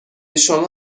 شما